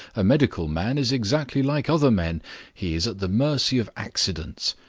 a medical man is exactly like other men he is at the mercy of accidents.